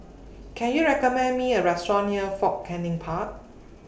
Can YOU recommend Me A Restaurant near Fort Canning Park